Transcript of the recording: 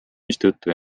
mistõttu